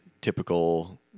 typical